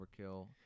overkill